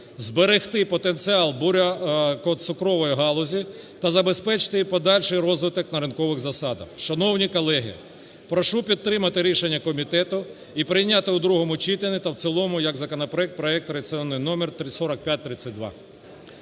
зберегти потенціал бурякоцукрової галузі та забезпечити подальший розвиток на ринкових засадах. Шановні колеги, прошу підтримати рішення комітету і прийняти у другому читанні та в цілому як закон проект (реєстраційний номер 4532).